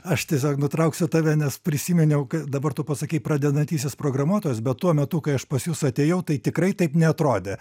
aš tiesiog nutrauksiu tave nes prisiminiau kad dabar tu pasakei pradedantysis programuotojas bet tuo metu kai aš pas jus atėjau tai tikrai taip neatrodė